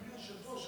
אדוני היושב-ראש,